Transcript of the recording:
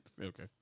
Okay